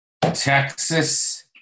Texas